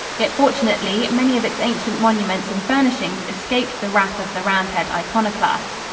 yet fortunately, many of its ancient monuments and furnishings escaped the wrath of the roundhead iconoclasts.